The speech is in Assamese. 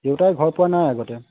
দেউতাই ঘৰ পোৱা নাই আগতে